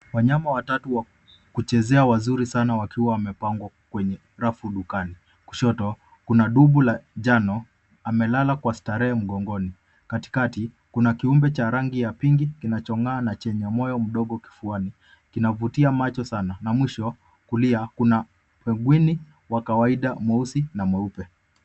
Wanyama watatu wa kuchezea wazuri sana wakiwa wamepangwa kwenye rafu dukani. Kushoto kuna dubu la jano amelala kwa starehe mgongoni, katikati kuna kiumbe cha rangi ya pinki kinachong'aa na chenye moyo mdogo kifuani kinavutia macho sana na mwisho kulia kuna pengwini wa kawaida mweusi na mweupe.